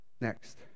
Next